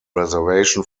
reservation